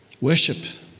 Worship